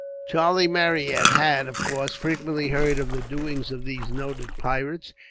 charlie marryat had, of course, frequently heard of the doings of these noted pirates,